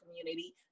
community